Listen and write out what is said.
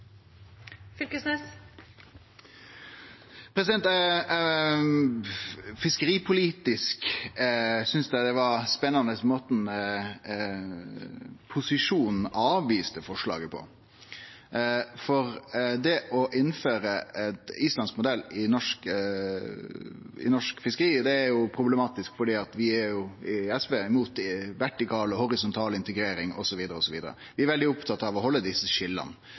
Fiskeripolitisk syntest eg måten posisjonen avviste forslaget på, var spennande. Det å innføre islandsk modell i norsk fiskeri, er problematisk, vi i SV er mot vertikal og horisontal integrering osv. Vi er veldig opptatt av å